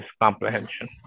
comprehension